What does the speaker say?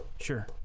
Sure